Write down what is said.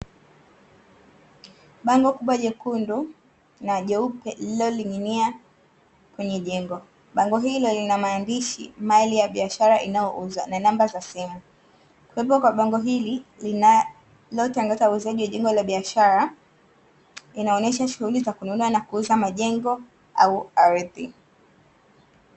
Bango kubwa jekundu na jeupe lililoning'inia kwenye jengo. Bango hilo lina maandishi "mali ya biashara inayouzwa" na namba za simu. Kuwepo kwa bango hili, linalotangaza uuzaji wa jengo la biashara, linaonyesha shughuli za kununua na kuuza majengo au ardhi.